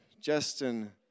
Justin